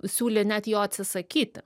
siūlė net jo atsisakyti